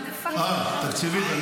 אה, תקציבית.